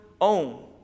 own